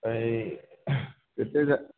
ओइ